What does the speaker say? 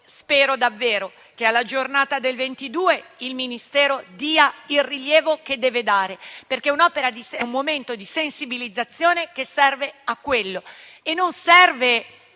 spero davvero che alla giornata del 22 novembre il Ministero dia il rilievo dovuto, perché è un momento di sensibilizzazione che serve a quello.